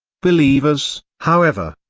believers, however,